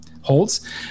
holds